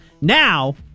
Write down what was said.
Now